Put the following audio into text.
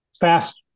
fast